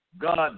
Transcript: God